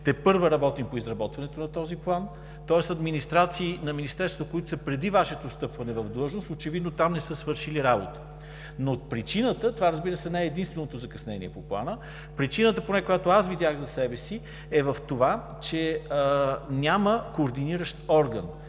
тепърва работим по изработването на този план. Тоест администрации на министерства, които са преди Вашето встъпване в длъжност, очевидно там не са свършили работа. Това, разбира се, не е единственото закъснение по Плана, но причината, поне аз която видях за себе си, е в това, че няма координиращ орган.